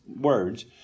words